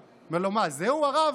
אמר לו: זהו, הרב?